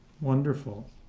wonderful